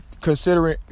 considering